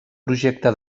projecte